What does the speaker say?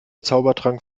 zaubertrank